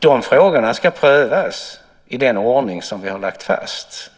De frågorna ska prövas i den ordning som vi har lagt fast.